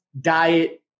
diet